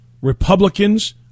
Republicans